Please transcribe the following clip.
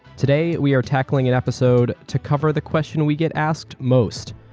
today, we are tackling an episode to cover the question we get asked most,